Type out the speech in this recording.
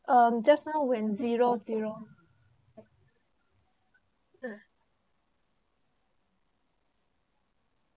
um just now went zero zero uh